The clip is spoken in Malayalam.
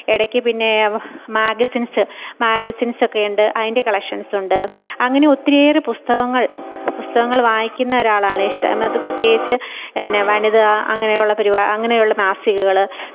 ഇടയ്ക്ക് പിന്നേ മാഗസിന്സ് മാഗസിന്സൊക്കെയുണ്ട് അതിന്റെ കളക്ഷന്സുണ്ട് അങ്ങനെ ഒത്തിരിയേറെ പുസ്തകങ്ങള് പുസ്തകങ്ങൾ വായിക്കുന്ന ഒരാളാണ് ഇഷ്ട അതിനകത്ത് പ്രത്യേകിച്ച് എന്ന വനിതാ അങ്ങനെയുള്ള പരിപാ അങ്ങനെയുള്ള മാസികകൾ